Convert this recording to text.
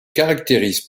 caractérise